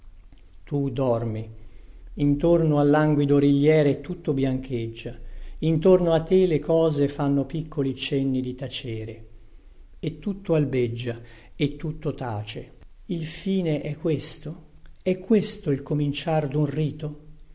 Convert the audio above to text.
tu dormi intorno al languido origliere tutto biancheggia intorno a te le cose fanno piccoli cenni di tacere e tutto albeggia e tutto tace il fine è questo è questo il cominciar dun rito